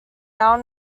now